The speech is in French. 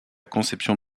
conception